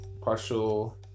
partial